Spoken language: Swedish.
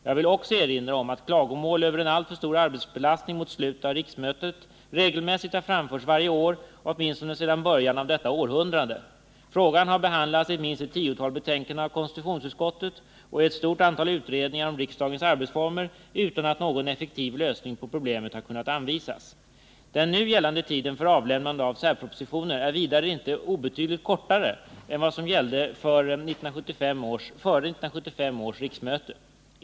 Jag vill också erinra om att klagomål över en alltför stor arbetsbelastning mot slutet av riksmötet regelmässigt har framförts varje år, åtminstone sedan början av detta århundrade. Frågan har behandlats i minst ett tiotal betänkanden av konstitutionsutskottet och i ett stort antal utredningar om riksdagens arbetsformer utan att någon effektiv lösning av problemet har kunnat anvisas. Den nu gällande tiden för avlämnande av särpropositioner är vidare inte obetydligt kortare än vad som gällde före 1975 års riksmöte.